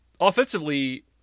offensively